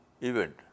event